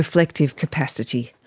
reflective capacity,